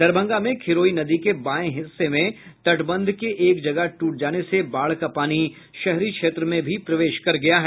दरभंगा में खिरोई नदी के बायें हिस्से में तटबंध एक जगह टूट जाने से बाढ़ का पानी शहरी क्षेत्र में भी प्रवेश कर गया है